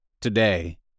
Today